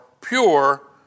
pure